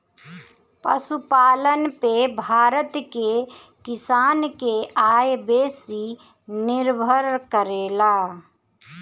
पशुपालन पे भारत के किसान के आय बेसी निर्भर करेला